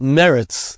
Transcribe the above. merits